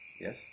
Yes